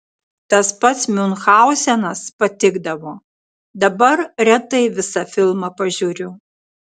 tas pats miunchauzenas patikdavo dabar retai visą filmą pažiūriu